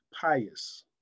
pious